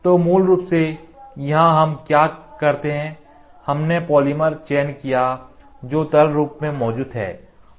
तो मूल रूप से यहां हम क्या करते हैं हमने पॉलीमर चयन किया जो तरल रूप में मौजूद है